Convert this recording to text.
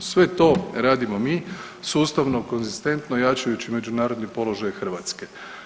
Sve to radimo mi sustavno, konzistentno jačajući međunarodni položaj Hrvatske.